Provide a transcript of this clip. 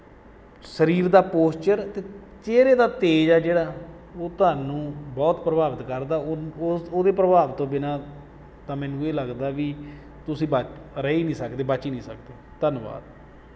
ਸਰੀਰ ਦਾ ਪੋਸ਼ਚਰ ਅਤੇ ਚਿਹਰੇ ਦਾ ਤੇਜ਼ ਆ ਜਿਹੜਾ ਉਹ ਤੁਹਾਨੂੰ ਬਹੁਤ ਪ੍ਰਭਾਵਿਤ ਕਰਦਾ ਉਹਦੇ ਪ੍ਰਭਾਵ ਤੋਂ ਬਿਨਾ ਤਾਂ ਮੈਨੂੰ ਇਹ ਲੱਗਦਾ ਵੀ ਤੁਸੀਂ ਬਚ ਰਹਿ ਨਹੀਂ ਸਕਦੇ ਬਚ ਹੀ ਨਹੀਂ ਸਕਦੇ ਧੰਨਵਾਦ